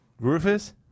Rufus